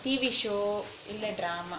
T_V show இல்ல:illa drama